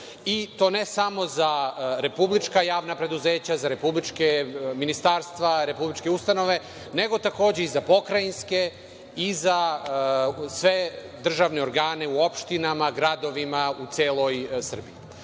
i to ne samo za republička javna preduzeća, za republička ministarstva, republičke ustanove, nego takođe i za pokrajinske i za sve državne organe u opštinama, gradovima u celoj Srbiji. Ne